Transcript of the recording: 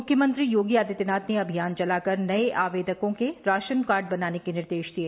मुख्यमंत्री योगी आदित्यनाथ ने अभियान चलाकर नए आवेदकों के राशन कार्ड बनाने के निर्देश दिए